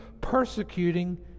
persecuting